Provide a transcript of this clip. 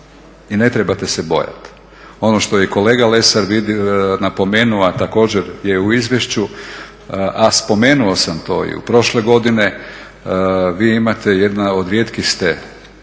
i ne trebate se bojati. Ono što je i kolega Lesar napomenuo a također je u izvješću a spomenuo sam to i prošle godine vi imate, jedna od rijetkih ste